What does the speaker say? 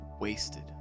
wasted